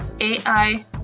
AI